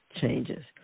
changes